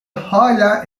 hala